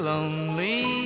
Lonely